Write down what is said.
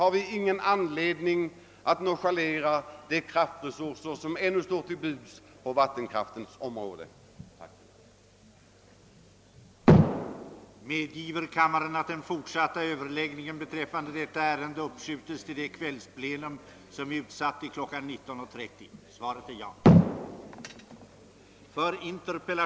Vi har ingen anledning att nonchalera de resurser som ännu är outnyttjade på vattenkraftens område. Med det sagda ber jag få ansluta mig till herr Skoglunds yrkande.